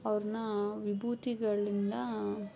ಅವ್ರನ್ನ ವಿಭೂತಿಗಳಿಂದ